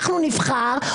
אנחנו נבחר,